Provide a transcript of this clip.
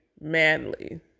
manly